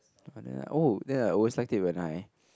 ah then oh then I always like it when I